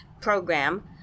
program